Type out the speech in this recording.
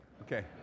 okay